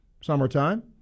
summertime